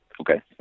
Okay